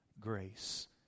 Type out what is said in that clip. grace